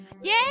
Yay